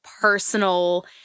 personal